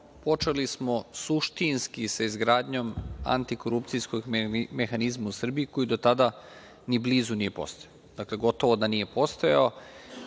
počeli smo suštinski sa izgradnjom antikorupcijskog mehanizma u Srbiji koji do tada ni blizu nije postojao. Dakle, gotovo da nije postojao